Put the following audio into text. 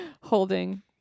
Holding